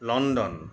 London